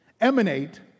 emanate